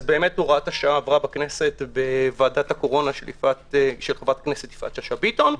הוראת השעה עברה בכנסת בוועדת הקורונה של חברת הכנסת יפעת שאשא ביטון,